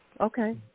Okay